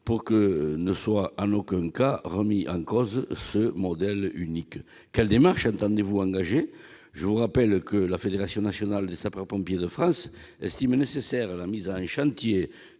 unique ne soit en aucun cas remis en cause ? Quelles démarches entendez-vous engager ? Je rappelle que la Fédération nationale des sapeurs-pompiers de France estime nécessaire la mise en chantier